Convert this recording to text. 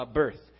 birth